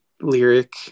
lyric